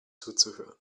zuzuhören